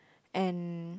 and